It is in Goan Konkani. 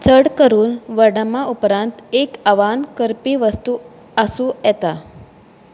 चड करून वडमा उपरांत एक आवाहन करपी वस्तू आसूं येता